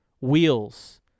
wheels